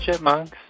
Chipmunks